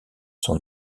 son